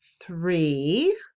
three